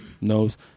knows